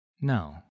No